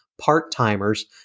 part-timers